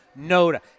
Noda